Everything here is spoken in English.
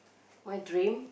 my dream